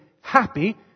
happy